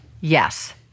Yes